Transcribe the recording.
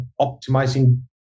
optimizing